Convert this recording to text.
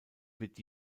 wird